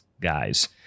guys